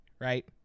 right